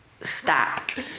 stack